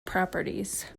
properties